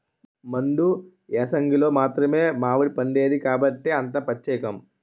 మండు ఏసంగిలో మాత్రమే మావిడిపండేది కాబట్టే అంత పచ్చేకం